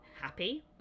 happy